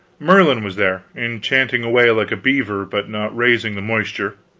merlin was there, enchanting away like a beaver, but not raising the moisture.